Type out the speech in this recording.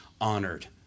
honored